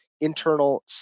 internal